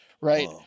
Right